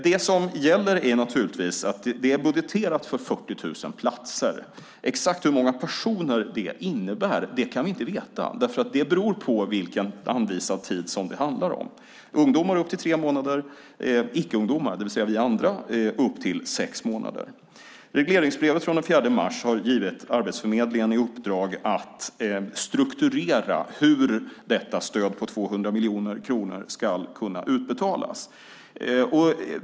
Det som gäller är naturligtvis att det är budgeterat för 40 000 platser. Exakt hur många personer det innebär kan vi inte veta, för det beror på vilken anvisad tid det handlar om - ungdomar upp till tre månader och icke-ungdomar, det vill säga vi andra, upp till sex månader. Regleringsbrevet från den 4 mars har givit Arbetsförmedlingen i uppdrag att strukturera hur detta stöd på 200 miljoner kronor ska kunna utbetalas.